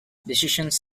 decisions